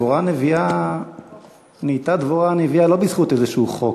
דבורה הנביאה נהייתה דבורה הנביאה לא בזכות איזשהו חוק,